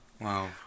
wow